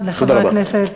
חוקרים אותם,